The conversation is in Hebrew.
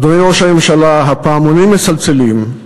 אדוני ראש הממשלה, הפעמונים מצלצלים,